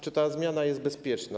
Czy ta zmiana jest bezpieczna?